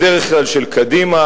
בדרך כלל של קדימה,